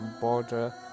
border